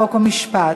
חוק ומשפט.